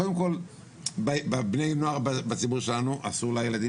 קודם כל לבני נוער בציבור שלנו אסור לילדים